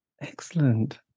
excellent